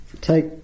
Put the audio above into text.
Take